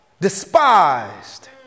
despised